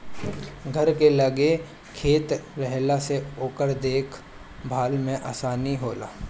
घर के लगे खेत रहला से ओकर देख भाल में आसानी होला